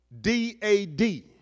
D-A-D